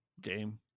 game